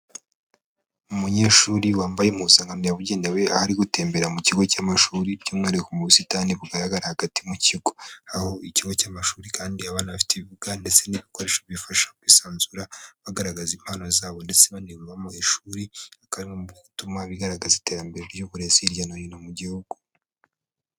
Umunyeshuri wambaye impuzankanmya yabugenewe ari gutembera mu kigo cy'amashuri by'umwihariko mu busitani bugaragara hagati mu kigo aho ikigo cy'amashuri kandi abanafite ibibuga ndetse n'ibikoresho bifasha kwisanzura bagaragaza impano zabo ndetse bane mu ishurikana bituma bigaragaza iterambere ry'uburezi hirya no hino mu gihugu.